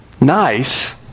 Nice